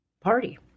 party